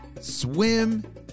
swim